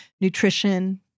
Nutrition